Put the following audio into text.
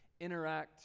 interact